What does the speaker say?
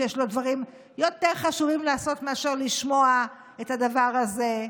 שיש לו דברים יותר חשובים לעשות מאשר לשמוע את הדבר הזה,